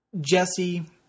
Jesse